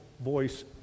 voice